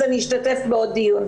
אז אני אשתתף בעוד דיון.